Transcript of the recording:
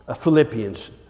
Philippians